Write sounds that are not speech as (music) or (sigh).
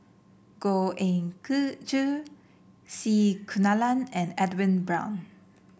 Goh Ee (unintelligible) Choo C Kunalan and Edwin Brown